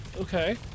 Okay